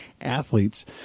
athletes